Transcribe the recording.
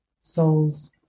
souls